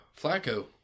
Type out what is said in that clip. Flacco